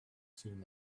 seen